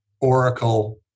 Oracle